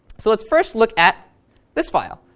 so let's first look at this file,